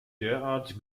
derart